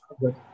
good